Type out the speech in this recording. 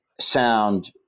sound